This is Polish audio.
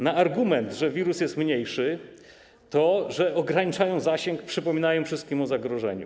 Na argument, że wirus jest mniejszy, odpowiedź: maseczki ograniczają zasięg, przypominają wszystkim o zagrożeniu.